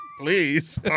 Please